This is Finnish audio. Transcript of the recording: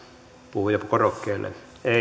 puhujakorokkeelle